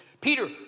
Peter